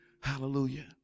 Hallelujah